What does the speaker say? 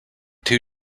two